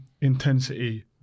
intensity